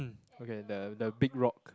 okay the the big rock